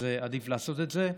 אז עדיף לעשות את זה.